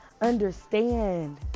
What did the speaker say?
Understand